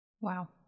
Wow